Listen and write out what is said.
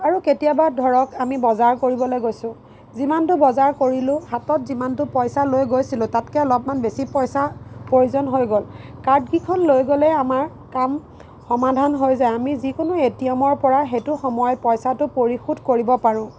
আৰু কেতিয়াবা ধৰক আমি বজাৰ কৰিবলৈ গৈছোঁ যিমানটো বজাৰ কৰিলোঁ হাতত যিমানটো পইচা লৈ গৈছিলোঁ তাতকে অলপমান বেছি পইচা প্ৰয়োজন হৈ গ'ল কাৰ্ডকেইখন লৈ গ'লেই আমাৰ কাম সমাধান হৈ যায় আমি যিকোনো এটিএমৰ পৰা সেইটো সময়ত পইচাটো পৰিশোধ কৰিব পাৰোঁ